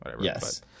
Yes